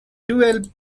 twelve